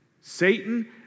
Satan